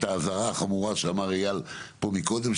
את האזהרה החמורה שאמר אייל פה מקודם,